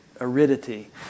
aridity